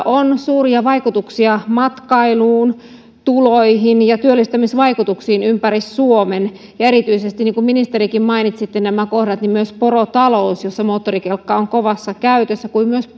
on suuria vaikutuksia matkailuun ja tuloihin ja työllistämisvaikutuksia ympäri suomen erityisesti niin kuin ministeri mainitsittekin nämä kohdat porotaloudessa moottorikelkka on kovassa käytössä kuin myös